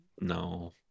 no